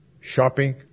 shopping